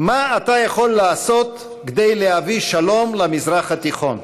מה אתה יכול לעשות כדי להביא שלום למזרח התיכון?